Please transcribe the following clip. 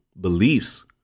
beliefs